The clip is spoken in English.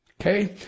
Okay